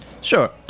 Sure